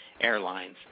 airlines